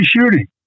shooting